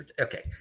Okay